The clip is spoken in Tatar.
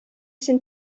син